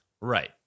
right